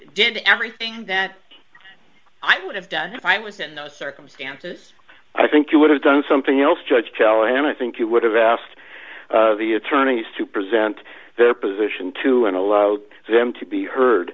did everything that i would have done fine within the circumstances i think you would have done something else judge tell and i think you would have asked the attorneys to present their position to and allowed them to be heard